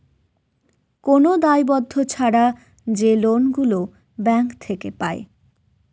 কোন দায়বদ্ধ ছাড়া যে লোন গুলো ব্যাঙ্ক থেকে পায়